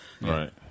Right